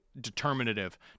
determinative